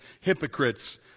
hypocrites